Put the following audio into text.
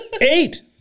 Eight